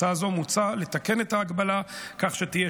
בהצעה זו מוצע לתקן את ההגבלה כך שתהיינה